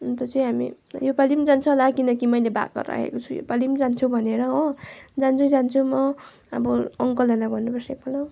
अन्त चाहिँ हामी यो पालि पनि जान्छ होला किनकि मैले भाकल राखेको छु यो पालि पनि जान्छु भनेर हो जान्छु जान्छु म अब अङ्कलहरूलाई भन्नुपर्छ एकपल्ट